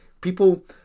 People